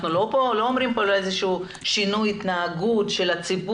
אנחנו לא מדברים כאן על שינוי התנהגות של הציבור,